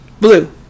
blue